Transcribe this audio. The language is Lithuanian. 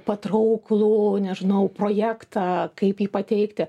patrauklų nežnau projektą kaip jį pateikti